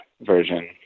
version